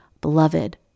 beloved